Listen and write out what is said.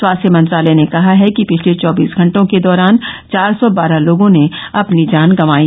स्वास्थ्य मंत्रालय ने कहा है कि पिछले चौबीस घंटों के दौरान चार सौ बारह लोगों ने अपनी जान गंवाई